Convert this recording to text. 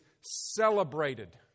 celebrated